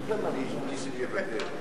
נסים יוותר.